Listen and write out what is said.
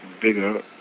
bigger